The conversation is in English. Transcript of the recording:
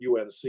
UNC